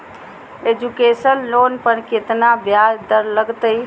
Education loan पर केतना ब्याज दर लगतई?